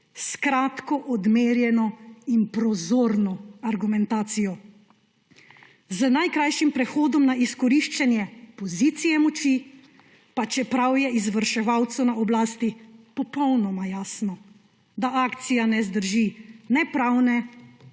s kratko odmerjeno in prozorno argumentacijo. Z najkrajšim prehodom na izkoriščanje pozicije moči, pa čeprav je izvrševalcu na oblasti popolnoma jasno, da akcija ne zdrži ne pravne